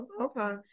Okay